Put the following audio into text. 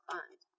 Fund